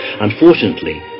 Unfortunately